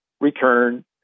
return